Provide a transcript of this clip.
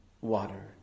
water